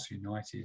United